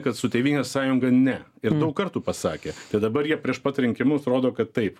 kad su tėvynės sąjunga ne ir daug kartų pasakė tai dabar jie prieš pat rinkimus rodo kad taip